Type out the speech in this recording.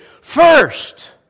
first